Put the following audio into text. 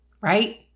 Right